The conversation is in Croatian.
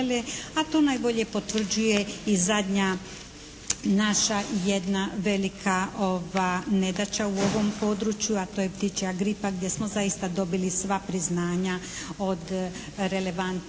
a to najbolje potvrđuje i zadnja naša jedna velika nedaća u ovom području, a to je ptičja gripa gdje smo zaista dobili sva priznanja od relevantnih